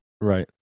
Right